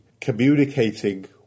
communicating